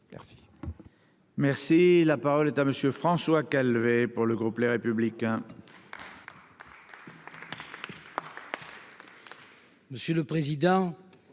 Merci